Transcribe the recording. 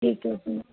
ਠੀਕ ਐ ਜੀ